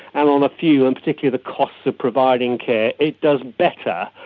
and on a few and particularly the costs of providing care it does better,